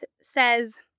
says